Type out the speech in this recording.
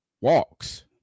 walks